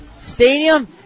Stadium